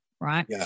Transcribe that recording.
Right